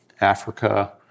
Africa